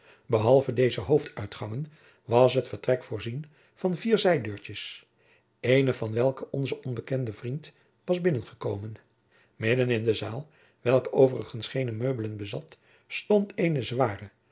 behalve deze hoofduitgangen was het vertrek voorzien van vier zijdeurtjens eene van welke onze onbekende vriend was binnengekomen midden in de zaal welke overigens geene meubelen bezat stond